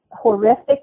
horrific